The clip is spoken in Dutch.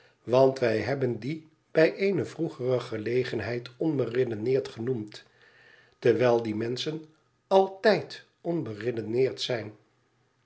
want wij hebben dien bij eene vroegere gelegenheid onberedeneerd genoemd wijl die menschen altijd onberedeneerd zijn